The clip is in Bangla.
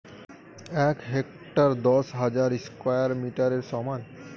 এক হেক্টার দশ হাজার স্কয়ার মিটারের সমান